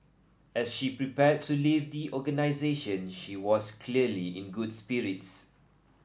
as she prepared to leave the organisation she was clearly in good spirits